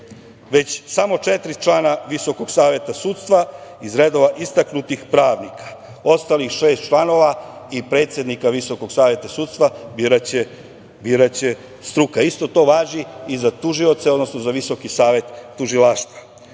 već samo četiri člana Visokog saveta sudstva iz redova istaknutih pravnika. Ostalih šest članova i predsednika Visokog saveta sudstva biraće struka. Isto to važi i za tužioce, odnosno za Visoki savet tužilaštva.